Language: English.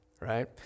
Right